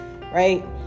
right